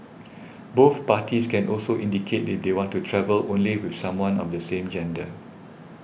both parties can also indicate if they want to travel only with someone of the same gender